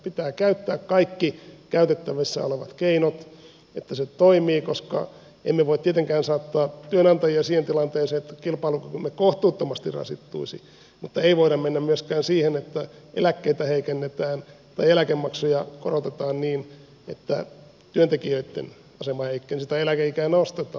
pitää käyttää kaikki käytettävissä olevat keinot että se toimii koska emme voi tietenkään saattaa työnantajia siihen tilanteeseen että kilpailukykymme kohtuuttomasti rasittuisi mutta ei voida mennä myöskään siihen että eläkkeitä heikennetään tai eläkemaksuja korotetaan tai eläkeikää nostetaan niin että työntekijöitten asema heikkenisi